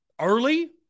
early